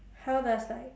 how does like